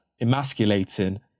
emasculating